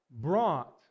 brought